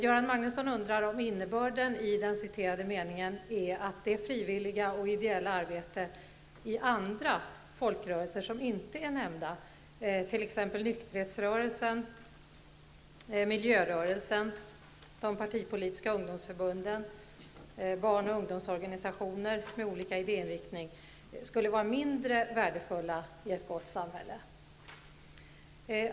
Göran Magnusson undrar om innebörden i den citerade meningen är att det frivilliga och ideella arbetet i andra, ej nämnda folkrörelser som t.ex. nykterhetsrörelsen, miljörörelsen, de partipolitiska ungdomsförbunden samt barn och ungdomsorganisationerna med olika idéinriktning, är mindre värdefulla i ett gott samhälle?